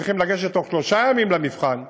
שצריכים לגשת תוך שלושה ימים למבחן,